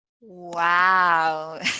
Wow